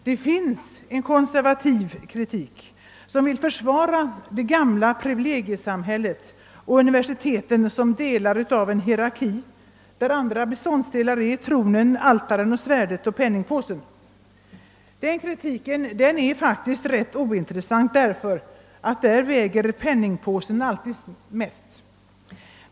Det finns en konservativ kritik som vill försvara det gamla privilegiesamhället och «universiteten <såsom delar i en hierarki där andra beståndsdelar är tronen, altaret, svärdet och penningpåsen. Den kritiken är faktiskt ganska ointressant därför att den låter alltid penningpåsen väga tyngst.